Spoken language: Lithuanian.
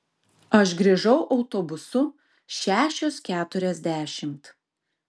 aš grįžau autobusu šešios keturiasdešimt